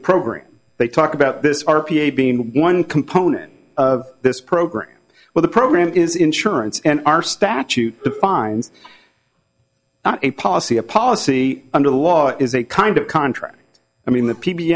program they talk about this r p a being one component of this program where the program is insurance and our statute defines a policy a policy under the law is a kind of contract i mean the p b